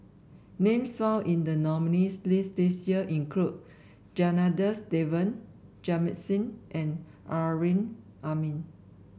names found in the nominees' list this year include Janadas Devan Jamit Singh and Amrin Amin